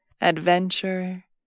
adventure